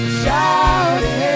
shouting